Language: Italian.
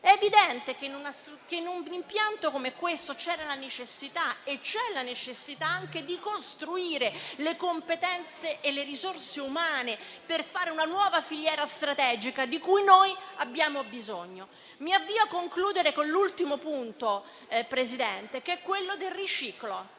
È evidente che in un impianto come questo c'era e c'è la necessità anche di costruire le competenze e le risorse umane per fare una nuova filiera strategica di cui noi abbiamo bisogno. Mi avvio a concludere con l'ultimo punto, Presidente, che è quello del riciclo,